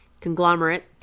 conglomerate